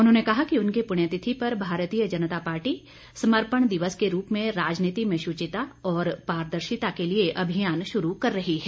उन्होंने कहा कि उनकी पुण्यतिथि पर भारतीय जनता पार्टी समर्पण दिवस के रूप में राजनीति में शुचिता और पारदर्शिता के लिए अभियान शुरू कर रही है